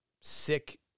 sick